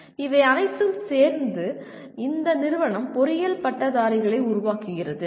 இவை அனைத்தும் சேர்ந்து இந்த நிறுவனம் பொறியியல் பட்டதாரிகளை உருவாக்குகிறது